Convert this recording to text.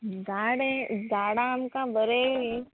झाडे झाडां आमकां बरें ये